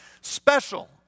special